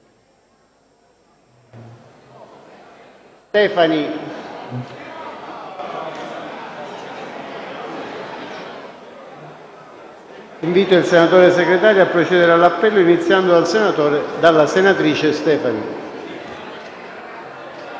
Stefani).* Invito il senatore Segretario a procedere all'appello, iniziando dalla senatrice Stefani.